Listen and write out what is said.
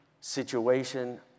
situation